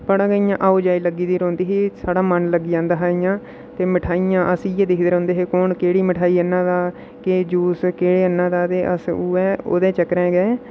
बड़ा गै इ'यां आओ जाई लग्गी दी रौंह्दी ही साढ़ा मन लग्गी जंदा हा इ'यां ते मठाइयां अस इ'यै दिखदे रौह्दे हे कु'न केह्ड़ी मठाई आह्न्ना दा केह् जूस केह् आह्न्ना दा ते अस उ'ऐ ओह्दे चक्करें गै